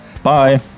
Bye